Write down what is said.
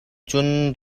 cun